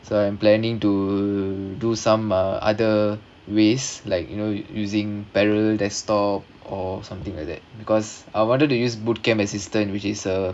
so I'm planning to do some uh other ways like you know using parallel desktop or something like that because I wanted to use bootcamp assistant which is uh